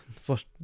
first